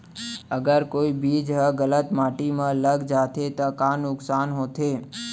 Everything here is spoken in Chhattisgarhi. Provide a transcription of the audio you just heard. अगर कोई बीज ह गलत माटी म लग जाथे त का नुकसान होथे?